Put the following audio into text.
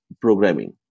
programming